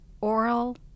oral